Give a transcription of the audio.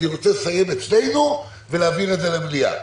אני רוצה לסיים אצלנו ולהעביר את זה למליאה,